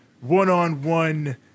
one-on-one